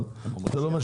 אבל זה לא משפיע.